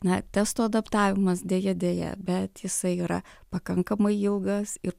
na testo adaptavimas deja deja bet jisai yra pakankamai ilgas ir